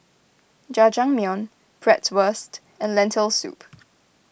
Jajangmyeon Bratwurst and Lentil Soup